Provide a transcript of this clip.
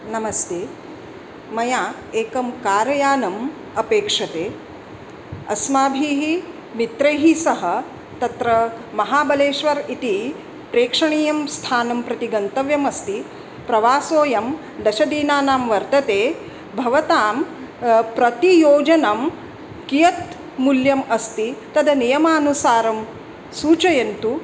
नमस्ते मया एकं कारयानम् अपेक्ष्यते अस्माभिः मित्रैः सह तत्र महाबलेश्वरम् इति प्रेक्षणीयं स्थानं प्रति गन्तव्यमस्ति प्रवासोयं दशदिनानां वर्तते भवतां प्रतियोजनं कियत् मूल्यम् अस्ति तद् नियमानुसारं सूचयन्तु